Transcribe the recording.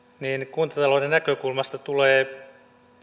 kuntatalouden näkökulmasta tulee